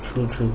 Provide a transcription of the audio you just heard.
true true